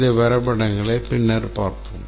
இந்த வரைபடங்களை பின்னர் பார்ப்போம்